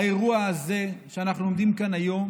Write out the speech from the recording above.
האירוע הזה שאנחנו עומדים בו כאן היום